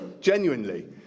genuinely